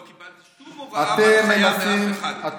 לא קיבלתי שום הוראה והנחיה מאף אחד, רק לידיעתך.